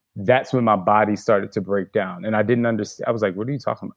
that's when my body started to break down. and i didn't understand. i was like, what are you talking